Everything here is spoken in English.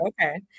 Okay